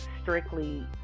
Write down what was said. strictly